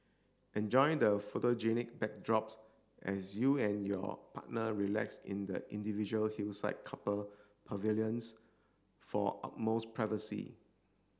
enjoy the photogenic backdrops as you and your partner relax in the individual hillside couple pavilions for utmost privacy